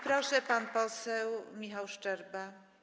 Proszę, pan poseł Michał Szczerba.